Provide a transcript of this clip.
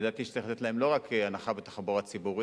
לדעתי צריך לתת להם לא רק הנחה בתחבורה הציבורית,